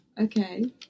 Okay